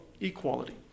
equality